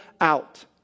out